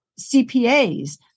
CPAs